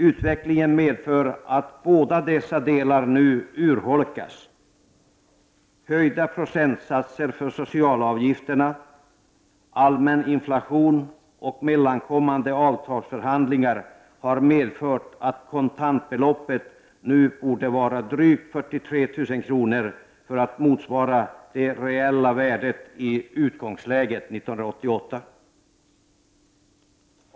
Utvecklingen medför att båda dessa delar nu urholkas. Höjda procentsatser för socialavgifterna, allmän inflation och mellankommande avtalsförhandlingar gör att kontantbeloppet nu borde vara drygt 43 000 kr. för att motsvara det reella värdet i utgångsläget 1988.